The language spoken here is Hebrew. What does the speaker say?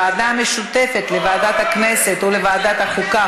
לוועדה המשותפת לוועדת הכנסת ולוועדת החוקה,